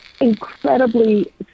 incredibly